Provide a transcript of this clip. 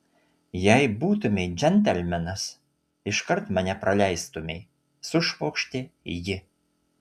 jei būtumei džentelmenas iškart mane praleistumei sušvokštė ji